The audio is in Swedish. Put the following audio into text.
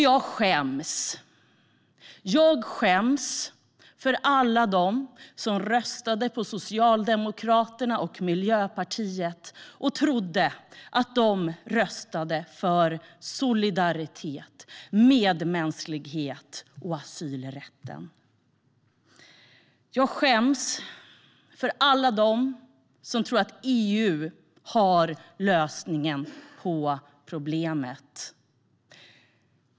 Jag skäms, skäms för alla dem som röstade på Socialdemokraterna och Miljöpartiet och trodde att de röstade för solidaritet, medmänsklighet och asylrätt. Jag skäms för alla dem som tror att EU har lösningen på problemet.